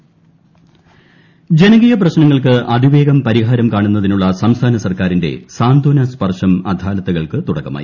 അദാലത്ത് ജനകീയ പ്രശ്നങ്ങൾക്ക് അതിവേഗം പരിഹാരം കാണുന്നതിനുള്ള സംസ്ഥാന സർക്കാരിന്റെ സാന്ത്വന സ്പർശം അദാലത്തുകൾക്ക് തുടക്കമായി